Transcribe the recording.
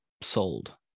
sold